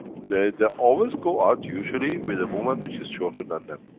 they, they always go out usually with a women which is shorter than them.